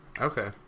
okay